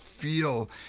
feel